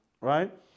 Right